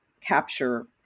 Capture